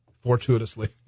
Fortuitously